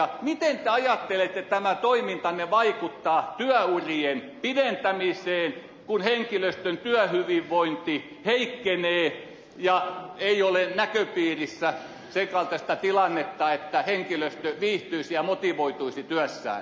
miten te ajattelette että tämä toimintanne vaikuttaa työurien pidentämiseen kun henkilöstön työhyvinvointi heikkenee ja ei ole näköpiirissä sen kaltaista tilannetta että henkilöstö viihtyisi ja motivoituisi työssään